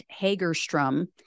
Hagerstrom